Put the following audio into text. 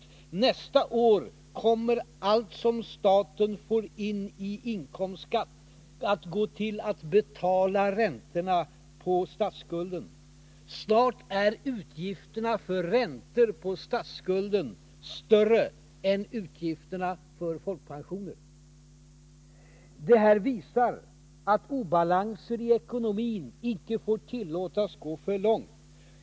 Nästa år kommer allt som staten får in i inkomstskatt att gå till att betala räntorna på statsskulden. Snart är utgifterna för räntor på statsskulden större än utgifterna för folkpensionerna. Det här visar att obalanser i ekonomin inte får tillåtas gå för långt.